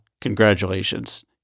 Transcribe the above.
Congratulations